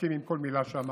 מסכים עם כל מילה שאמרתי.